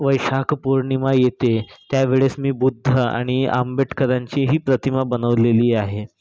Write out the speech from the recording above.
वैशाख पौर्णिमा येते त्यावेळेस मी बुद्ध आणि आंबेडकरांचीही प्रतिमा बनवलेली आहे